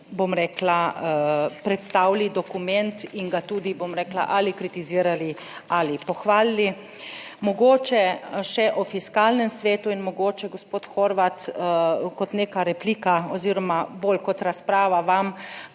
bom rekla, predstavili dokument in ga tudi, bom rekla, ali kritizirali ali pohvalili. Mogoče še o Fiskalnem svetu in mogoče gospod Horvat, kot neka replika oziroma bolj kot razprava vam,